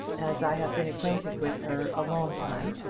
as i have been acquainted with her a long time,